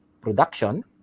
production